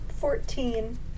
Fourteen